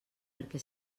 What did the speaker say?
perquè